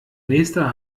nächster